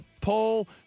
Paul